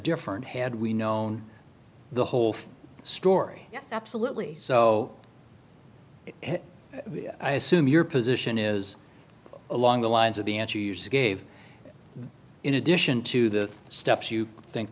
different had we known the whole story absolutely so i assume your position is along the lines of the answer you use agave in addition to the steps you think